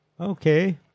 Okay